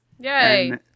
Yay